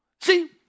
See